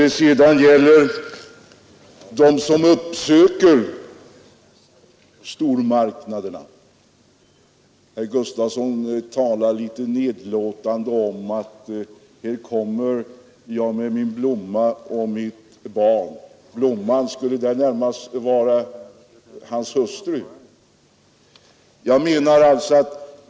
Vad sedan gäller dem som uppsöker stormarknaderna talade herr Gustafsson litet nedlåtande om att man kommer dit med barn och blomma. Blomman skulle väl närmast vara kvinnan i familjen.